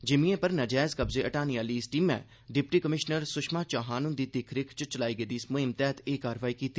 जिमियें पर नजैज कब्जे हटाने आली इस टीमै डिप्टी कमीशनर सुषमा चौहान हन्दी दिक्ख रिक्ख च चलाई गेदी इस म्हीम तैहत एह कारवाई कीती